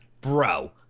bro